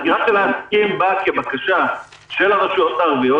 וסגירה של העסקים באה כבקשה של הרשויות הערביות,